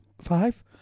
five